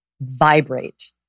vibrate